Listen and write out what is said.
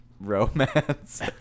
Romance